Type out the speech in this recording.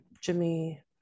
jimmy